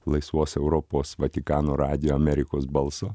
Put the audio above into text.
laisvos europos vatikano radijo amerikos balso